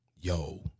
yo